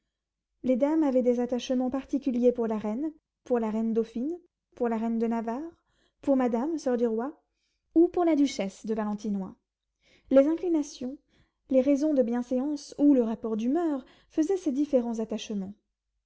les dames avaient des attachements particuliers pour la reine pour la reine dauphine pour la reine de navarre pour madame soeur du roi ou pour la duchesse de valentinois les inclinations les raisons de bienséance ou le rapport d'humeur faisaient ces différents attachements